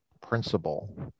principle